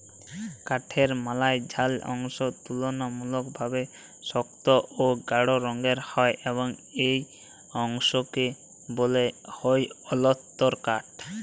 কাঠের মাইঝল্যা অংশ তুললামূলকভাবে সক্ত অ গাঢ় রঙের হ্যয় এবং ই অংশকে ব্যলা হ্যয় অল্তরকাঠ